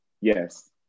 Yes